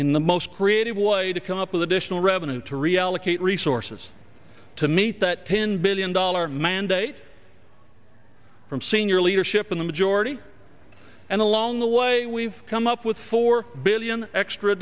in the most creative way to come up with additional revenue to reallocate resources to meet that ten billion dollar mandate from senior leadership in the majority and along the way we've come up with four billion extra